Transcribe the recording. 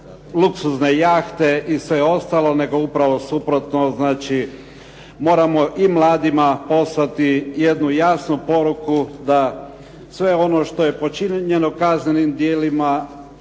luksuzne jahte i sve ostale, nego upravo suprotno, znači moramo i mladima poslati jednu jasnu poruku da sve ono što je počinjeno kaznenim djelima